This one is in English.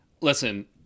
Listen